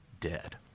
dead